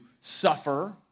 suffer